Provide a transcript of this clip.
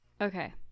Okay